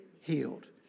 healed